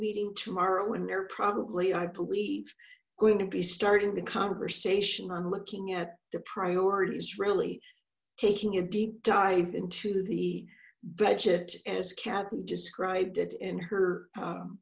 meeting tomorrow and they're probably i believe going to be starting the conversation on looking at the priorities really taking a deep dive into the budget as kathy described it in her